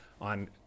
on